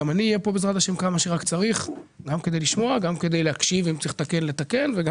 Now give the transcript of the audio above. גם לטוב וגם